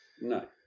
no